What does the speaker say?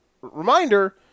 reminder